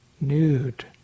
nude